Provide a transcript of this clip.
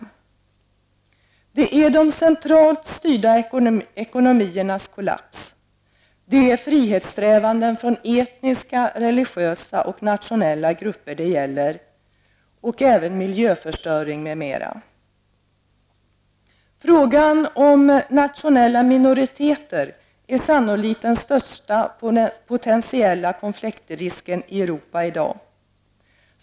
Det är de centralt styrda ekonomiernas kollaps, det är frihetssträvanden från etniska, religiösa och nationella grupper det gäller och även miljöförstöring m.m. Frågan om nationella minoriteter är sannolikt den största potentiella konfliktrisken i Europa i dag.